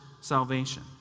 salvation